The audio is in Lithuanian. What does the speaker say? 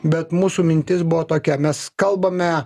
bet mūsų mintis buvo tokia mes kalbame